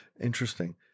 interesting